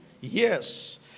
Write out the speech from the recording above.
Yes